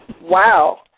Wow